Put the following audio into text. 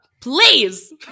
Please